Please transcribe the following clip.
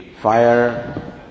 fire